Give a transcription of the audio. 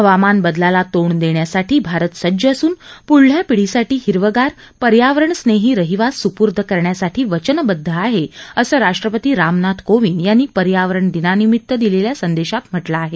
हवामान बदलाला तोंड देण्यासाठी भारत सज्ज असून पुढल्या पिढीसाठी हिरवागार पर्यावरणस्नेही रहिवास सुपूर्द करण्यासाठी वचनबद्ध आहे असं राष्ट्रपती रामनाथ कोविंद यांनी पर्यावरणदिनानिमित्त दिलेल्या संदेशात म्हानिं आहे